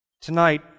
Tonight